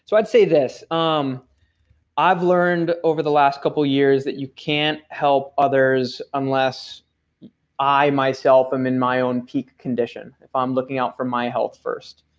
so i'd say this. um i've learned over the last couple years that you can't help others unless i myself am in my own peak condition, if i'm looking out for my health first.